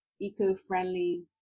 eco-friendly